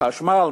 חשמל,